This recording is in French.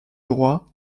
droit